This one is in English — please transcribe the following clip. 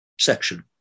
section